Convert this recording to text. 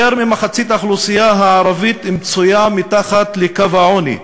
יותר ממחצית האוכלוסייה הערבית מצויה מתחת לקו העוני,